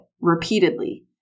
repeatedly